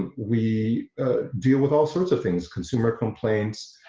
and we deal with all sorts of things consumer complaints,